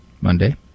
Monday